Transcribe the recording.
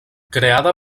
creada